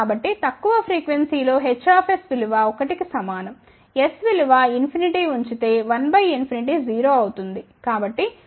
కాబట్టి తక్కువ ఫ్రీక్వెన్సీలో Hsవిలువ 1 కి సమానంs విలువ ఇన్ఫినిటీ ఉంచితే 1 బై ఇన్ఫినిటీ 0 అవుతుంది